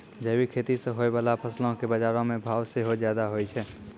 जैविक खेती से होय बाला फसलो के बजारो मे भाव सेहो ज्यादा होय छै